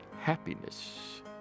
happiness